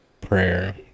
prayer